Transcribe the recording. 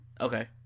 Okay